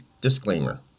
Disclaimer